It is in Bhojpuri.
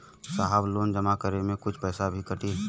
साहब लोन जमा करें में कुछ पैसा भी कटी?